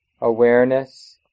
awareness